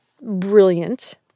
brilliant